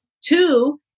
two